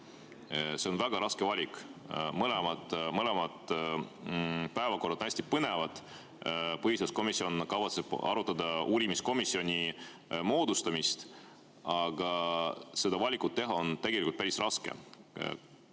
See on väga raske valik, mõlemad päevakorrad on hästi põnevad. Põhiseaduskomisjon kavatseb arutada uurimiskomisjoni moodustamist. Nii et seda valikut teha on tegelikult päris raske.